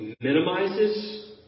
minimizes